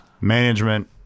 management